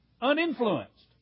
Uninfluenced